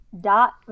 dot